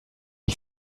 ich